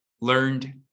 learned